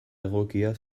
egokia